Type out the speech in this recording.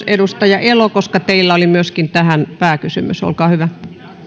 edustaja elo teillä oli tähän pääkysymys olkaa hyvä